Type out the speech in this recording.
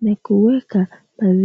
na kueka maziwa.